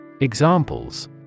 Examples